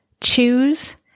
choose